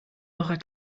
eurer